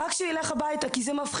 רק שהוא ילך הביתה, כי זה מפחיד.